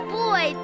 boy